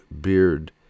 beard